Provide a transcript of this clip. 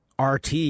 RT